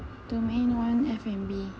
domain one F&B